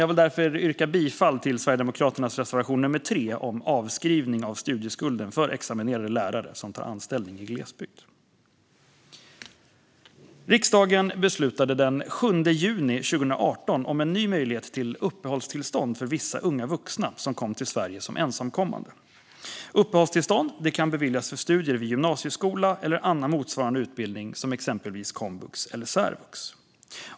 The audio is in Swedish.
Jag vill därför yrka bifall till Sverigedemokraternas reservation nummer 3 om avskrivning av studieskulden för examinerade lärare som tar anställning i glesbygd. Riksdagen beslutade den 7 juni 2018 om en ny möjlighet till uppehållstillstånd för vissa unga vuxna som kom till Sverige som ensamkommande. Uppehållstillstånd kan beviljas för studier vid gymnasieskola eller annan motsvarande utbildning, exempelvis komvux eller särvux.